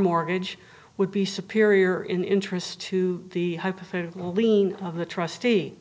mortgage would be superior in interest to the hypothetical lien of the trustee